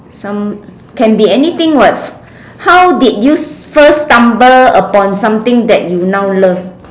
some can be anything [what] how did you first stumble upon something that you now love